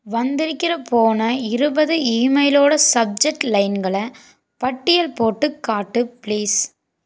வந்திருக்கிற போன இருபது ஈமெயிலோடய சப்ஜெக்ட் லைன்களை பட்டியல் போட்டு காட்டு ப்ளீஸ்